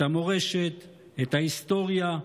את המורשת, את ההיסטוריה,